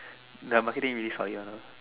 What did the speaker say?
their marketing really solid [one] lah